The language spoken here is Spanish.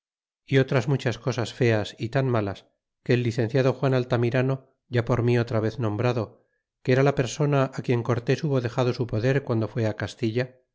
y otras muchas cosas feas y tan malas que el licenciado juan altamirano ya por mí otra vez nombrado que era la persona á quien cortés hubo dexado su poder guando fue castilla